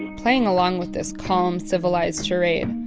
playing along with this calm, civilized charade,